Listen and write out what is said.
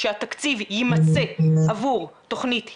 שהתקציב יימצא עבור תכנית היל"ה,